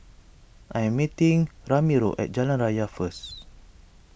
I am meeting Ramiro at Jalan Raya first